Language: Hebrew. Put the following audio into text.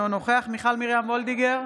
אינו נוכח מיכל מרים וולדיגר,